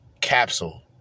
Capsule